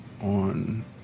on